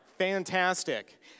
Fantastic